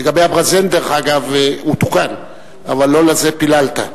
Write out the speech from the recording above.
לגבי הברזנט, אגב, הוא תוקן, אבל לא לזה פיללת.